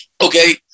Okay